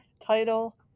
title